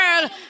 world